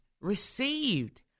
received